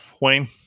Wayne